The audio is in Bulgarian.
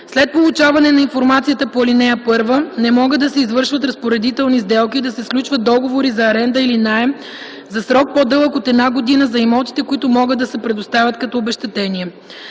След получаване на информацията по ал. 1, не могат да се извършват разпоредителни сделки и да се сключват договори за аренда или наем за срок по-дълъг от една година за имотите, които могат да се предоставят като обезщетение.